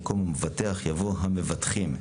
במקום 'המבטח' יבוא 'המבטחים'.